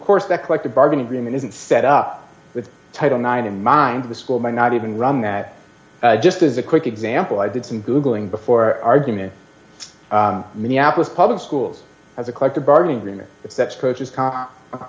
course that collective bargaining agreement isn't set up with title nine in mind the school might not even run that just as a quick example i did some googling before argument minneapolis public schools as a collective bargaining agreement if that's coaches c